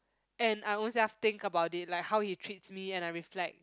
and I own self think about it like how he treats me and I reflect